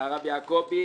-- והרב יעקבי